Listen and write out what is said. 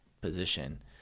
position